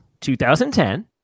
2010